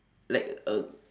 like uh